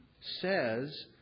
says